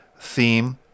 theme